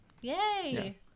yay